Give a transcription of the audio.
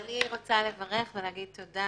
אני רוצה לברך ולהגיד תודה